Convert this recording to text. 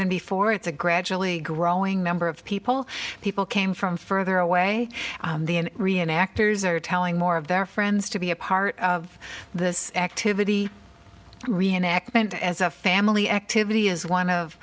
than before it's a gradually growing number of people people came from further away the rian actors are telling more of their friends to be a part of this activity reenactment as a family activity is one of